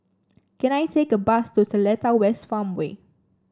can I take a bus to Seletar West Farmway